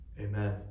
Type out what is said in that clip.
Amen